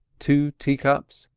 two teacups,